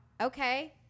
okay